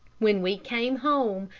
when we came home,